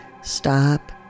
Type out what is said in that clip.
stop